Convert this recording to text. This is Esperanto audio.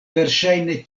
verŝajne